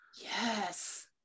yes